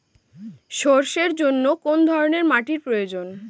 সরষের জন্য কোন ধরনের মাটির প্রয়োজন?